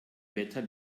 wetter